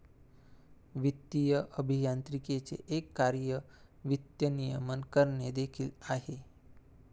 वित्तीय अभियांत्रिकीचे एक कार्य वित्त नियमन करणे देखील आहे